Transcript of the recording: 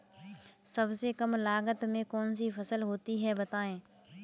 सबसे कम लागत में कौन सी फसल होती है बताएँ?